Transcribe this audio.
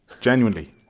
genuinely